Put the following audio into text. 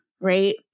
right